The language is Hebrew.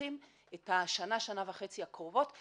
צריכים את השנה-שנה וחצי הקרובות.